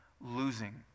losing